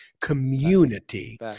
community